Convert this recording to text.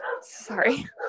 Sorry